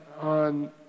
on